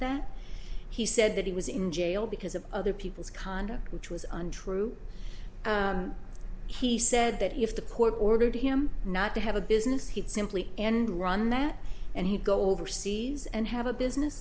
that he said that he was in jail because of other people's conduct which was untrue he said that if the court ordered him not to have a business he'd simply end run that and he go overseas and have a business